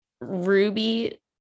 Ruby